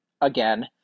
again